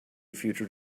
future